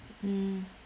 mm